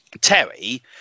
Terry